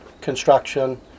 construction